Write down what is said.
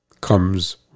comes